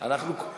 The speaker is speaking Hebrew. אתה אומר,